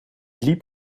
liep